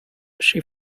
she